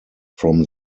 from